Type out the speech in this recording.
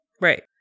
right